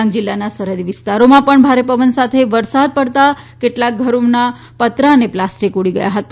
ડાંગ જિલ્લાના સરહદી વિસ્તારોમાં પણ ભારે પવન સાથે વરસાદ પડતાં કેટલાંક ધરોમાં પતરા અને પ્લાસ્ટીક ઉડી ગયા હતા